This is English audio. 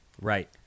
Right